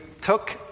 took